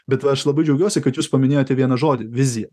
bet aš labai džiaugiuosi kad jūs paminėjote vieną žodį vizija